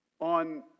on